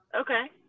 Okay